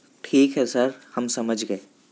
ٹھیک ہے سر ہم سمجھ گئے